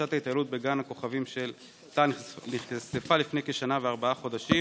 פרשת ההתעללות בגן הכוכבים של טל נחשפה לפני כשנה וארבעה חודשים